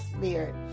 spirit